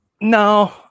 no